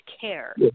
care